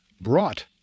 brought